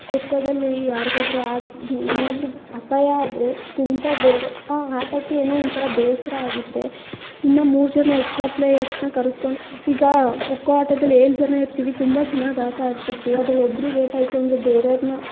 ಖೋಖೋದಲ್ಲಿ ಯಾರಿಗಾದ್ರು ಆ ದಿ ಏನಾದರೂ ಅಪಾಯ ಆದರೆ ತುಂಬ ಬೇಗ ಆ ಆಟಕ್ಕೆ ಏನೋ ಒಂಥರ ಬೇಸರ ಆಗುತ್ತೆ ಇನ್ನೂ ಮೂರು ಜನ ಎಕ್ಸ್ಟ್ರಾ ಪ್ಲೇಯರ್ಸನ್ನ ಕರಸ್ಕೊಂಡು ಈಗ ಖೋಖೋ ಆಟದಲ್ಲಿ ಏಳು ಜನ ಇರ್ತೀವಿ ತುಂಬ ಚೆನ್ನಾಗಿ ಆಟ ಆಡ್ತಿರ್ತೀವಿ ಅದ್ರಲ್ಲಿ ಒಬ್ರಿಗೆ ಏಟಾಯಿತು ಅಂದರೆ ಬೇರೆಯವರನ್ನ